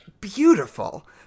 beautiful